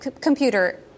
computer